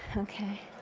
okay,